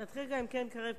נתחיל עם קרן-קרב,